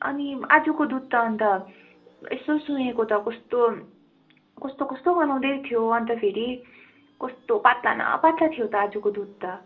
अनि आजको दुध त अन्त यसो सुँघेको त कस्तो कस्तो कस्तो गनाउँदै थियो अन्त फेरि कस्तो पात्ला न पात्ला थियो त आजको दुध त